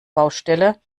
baustelle